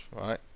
right